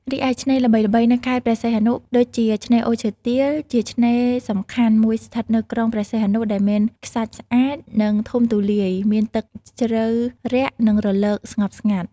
រីឯឆ្នេរល្បីៗនៅខេត្តព្រះសីហនុដូចជា ឆ្នេរអូរឈើទាល ជាឆ្នេរសំខាន់មួយស្ថិតនៅក្រុងព្រះសីហនុ ដែលមានខ្សាច់ស្អាត និងធំទូលាយ មានទឹកជ្រៅរាក់ និងរលក ស្ងប់ស្ងាត់។